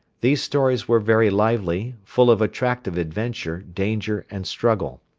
these stories were very lively, full of attractive adventure, danger and struggle.